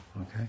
Okay